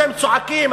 אתם צועקים,